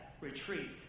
Retreat